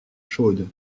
chaude